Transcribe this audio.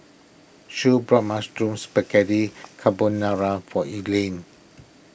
Shae bought Mushroom Spaghetti Carbonara for Elaine